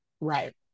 right